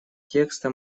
текста